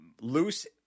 loose